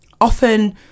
often